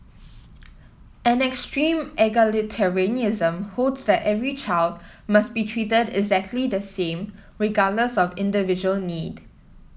an extreme egalitarianism holds that every child must be treated exactly the same regardless of individual need